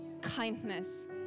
kindness